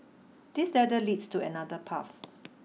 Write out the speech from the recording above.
this ladder leads to another path